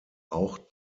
auch